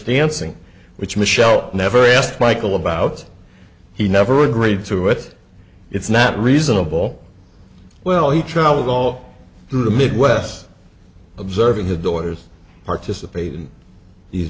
dancing which michelle never asked michael about he never agreed to it it's not reasonable well he traveled all through the midwest observing the daughters participate in these